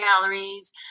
galleries